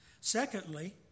Secondly